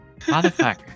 Motherfucker